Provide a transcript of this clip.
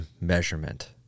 measurement